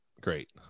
great